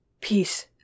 peace